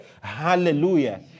Hallelujah